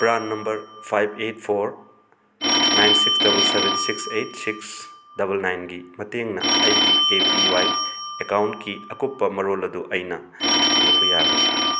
PRAN number five eight four nine six double seven six eight six double ꯅꯥꯏꯟꯒꯤ ꯃꯇꯦꯡꯅ ꯑꯩꯒꯤ A P Y ꯑꯦꯛꯀꯥꯎꯟꯀꯤ ꯑꯀꯨꯞꯄ ꯃꯔꯣꯜ ꯑꯗꯨ ꯑꯩꯅ ꯌꯦꯡꯕ ꯌꯥꯒꯗ꯭ꯔꯥ